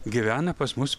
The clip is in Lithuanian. gyvena pas mus